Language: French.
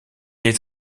est